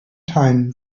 time